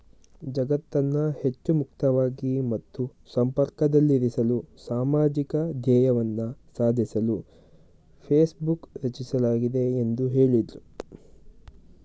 ಜಗತ್ತನ್ನ ಹೆಚ್ಚು ಮುಕ್ತವಾಗಿ ಮತ್ತು ಸಂಪರ್ಕದಲ್ಲಿರಿಸಲು ಸಾಮಾಜಿಕ ಧ್ಯೇಯವನ್ನ ಸಾಧಿಸಲು ಫೇಸ್ಬುಕ್ ರಚಿಸಲಾಗಿದೆ ಎಂದು ಹೇಳಿದ್ರು